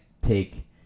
take